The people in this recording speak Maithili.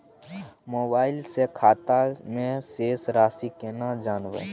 मोबाइल से खाता में शेस राशि केना जानबे?